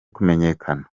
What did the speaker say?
kumenyekana